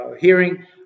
hearing